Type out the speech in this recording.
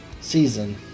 season